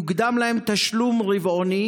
שיוקדם להם תשלום רבעוני